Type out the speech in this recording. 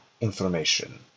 information